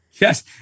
Yes